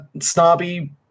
snobby